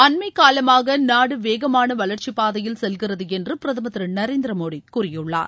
அண்மை காலமாக நாடு வேகமான வளாச்சிப்பாதையில் செல்கிறது என்று பிரதமா் திரு நரேந்திர மோடி கூறியுள்ளார்